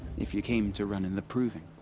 if you came to run in the proving.